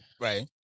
Right